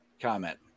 comment